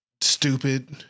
stupid